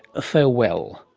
a farewell.